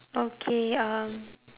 okay um